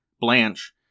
Blanche